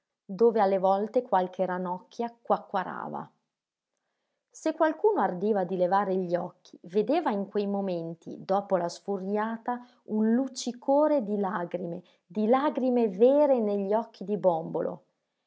dove alle volte qualche ranocchia quacquarava se qualcuno ardiva di levare gli occhi vedeva in quei momenti dopo la sfuriata un luccicore di lagrime di lagrime vere negli occhi di bòmbolo